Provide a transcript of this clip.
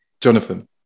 Jonathan